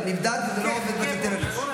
אבל נבדק וזה לא עומד בקריטריונים,